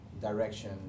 direction